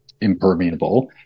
impermeable